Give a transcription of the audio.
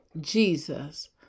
Jesus